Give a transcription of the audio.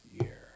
year